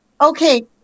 Okay